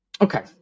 Okay